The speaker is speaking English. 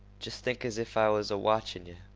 jest think as if i was a-watchin'